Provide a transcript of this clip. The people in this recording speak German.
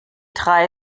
drei